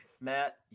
Matt